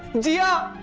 jia!